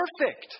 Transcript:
perfect